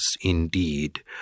indeed